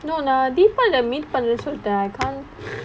no நா:naa deepa வே:vae meet பண்றேன்னு சொல்லிட்டே:pandraenu sollittae so I can't